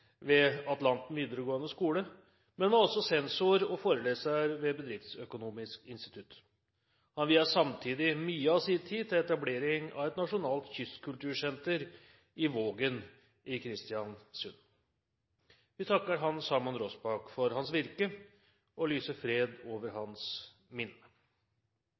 ved Atlanten videregående skole, men var også sensor og foreleser ved Bedriftsøkonomisk Institutt. Han viet samtidig mye av sin tid til etablering av et nasjonalt kystkultursenter i Vågen i Kristiansund. Vi takker Hans Hammond Rossbach for hans virke og lyser fred over hans minne.